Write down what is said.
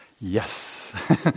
yes